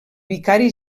vicari